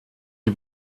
die